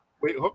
Wait